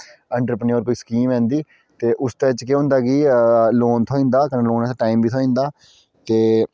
entrepreneur कोई scheme ऐ इं'दी ते उसतै च केह् होंदा कि लोन थ्होई जंदा कन्नै लोन आस्तै टाईम बी थ्होई जंदा ते